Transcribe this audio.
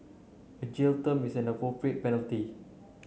a jail term is an appropriate penalty